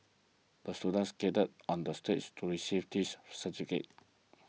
the student skated on the stage to receive this certificate